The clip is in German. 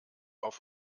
auf